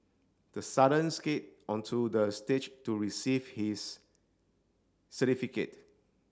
the sudden skate onto the stage to receive his certificate